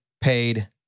paid